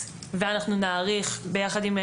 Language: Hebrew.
גורמי המקצוע בשירות הביטחון הכללי כמובן,